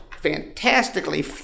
fantastically